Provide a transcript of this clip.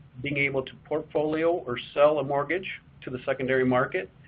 being able to portfolio or sell a mortgage to the secondary market,